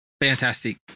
Fantastic